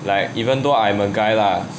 like even though I'm a guy lah